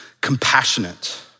compassionate